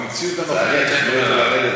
במציאות הנוכחית הוא לא יכול לרדת,